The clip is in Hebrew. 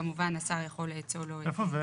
כמובן השר יכול לאצול --- איפה זה?